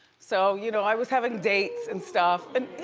so, you know, i was having dates and stuff.